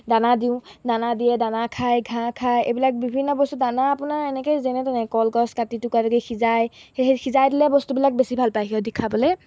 দানা দিওঁ দানা দিয়ে দানা খায় ঘাঁহ খায় এইবিলাক বিভিন্ন বস্তু দানা আপোনাৰ এনেকেই যেনে তেনে কলগছ কাটি টুকুৰা টুকুৰকৈ সিজাই সেই সিজাই দিলে বস্তুবিলাক বেছি ভাল পায় সিহঁতে খাবলৈ